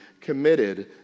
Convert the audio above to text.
committed